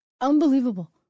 Unbelievable